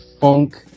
funk